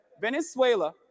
Venezuela